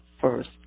first